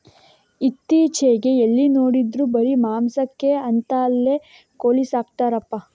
ಇತ್ತೀಚೆಗೆ ಎಲ್ಲಿ ನೋಡಿದ್ರೂ ಬರೀ ಮಾಂಸಕ್ಕೆ ಅಂತಲೇ ಕೋಳಿ ಸಾಕ್ತರಪ್ಪ